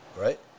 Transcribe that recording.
Right